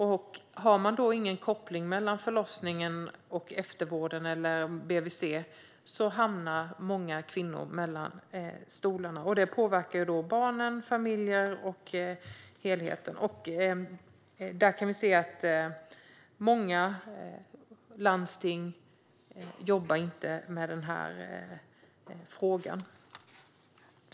Om det då inte finns någon koppling mellan förlossningen och eftervården eller BVC hamnar många kvinnor mellan stolarna, och det påverkar barnen, familjen och helheten. Vi kan se att det är många landsting som inte jobbar med den här frågan.